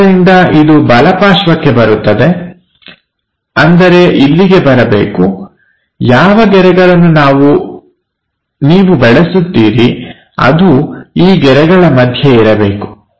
ಆದ್ದರಿಂದ ಇದು ಬಲ ಪಾರ್ಶ್ವಕ್ಕೆ ಬರುತ್ತದೆ ಅಂದರೆ ಇಲ್ಲಿಗೆ ಬರಬೇಕು ಯಾವ ಗೆರೆಗಳನ್ನು ನೀವು ಬೆಳೆಸುತ್ತೀರಿ ಅದು ಈ ಗೆರೆಗಳ ಮಧ್ಯೆ ಇರಬೇಕು